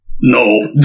No